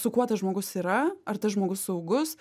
su kuo tas žmogus yra ar tas žmogus saugus